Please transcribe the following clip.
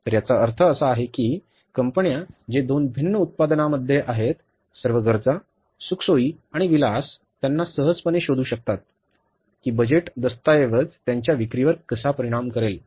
तर याचा अर्थ असा आहे की कंपन्या जे दोन भिन्न उत्पादनांमध्ये आहेत सर्व गरजा सुखसोयी आणि विलास त्यांना सहजपणे शोधू शकतात की बजेट दस्तऐवज त्यांच्या विक्रीवर कसा परिणाम करेल